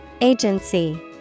Agency